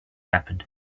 happened